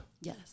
Yes